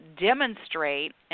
demonstrate